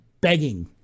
begging